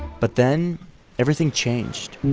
but then everything changed.